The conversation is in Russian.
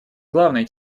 главной